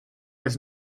was